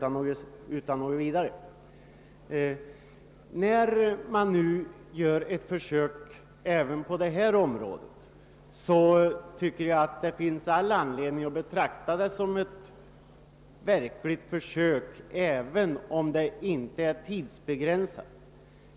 När man nu gör ett försök även på detta område tycker jag att det finns all anledning att betrakta det som ett verkligt försök, även om det inte är tidsbegränsat.